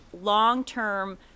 long-term